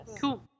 Cool